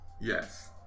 Yes